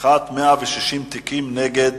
פתיחת 160 תיקים נגד